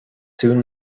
soon